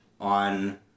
on